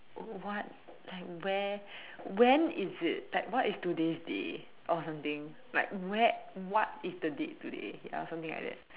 what like where when is it like what is today's day or something like where what is the date today ya something like that